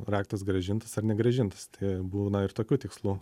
raktas grąžintas ar negrąžintas tai būna ir tokių tikslų